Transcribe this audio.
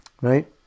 Right